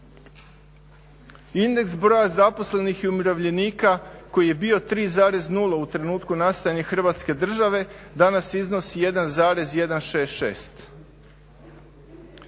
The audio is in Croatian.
Indeks broja zaposlenih i umirovljenika koji je bio 3,0 u trenutku nastajanja hrvatske države, danas iznosi 1,166.